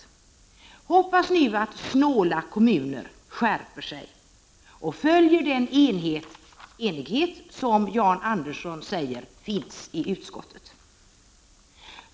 Jag hoppas nu att snåla kommuner skärper sig och ställer sig bakom den enighet som Jan Andersson säger finns i utskottet.